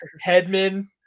Headman